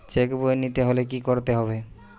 Check বই নিতে হলে কি করতে হবে?